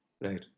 Right